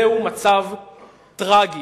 זהו מצב טרגי.